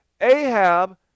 Ahab